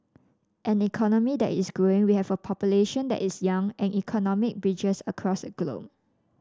an economy that is growing we have a population that is young and economic bridges across the globe